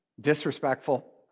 Disrespectful